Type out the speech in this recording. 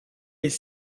les